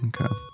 Okay